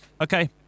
Okay